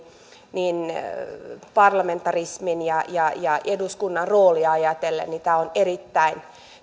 parlamentarismin ja ja eduskunnan roolia ajatellen tämä on erittäin